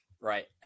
Right